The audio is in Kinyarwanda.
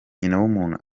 nyinawumuntu